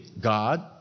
God